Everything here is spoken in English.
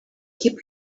keep